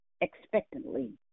expectantly